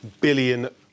billion